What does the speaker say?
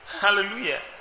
Hallelujah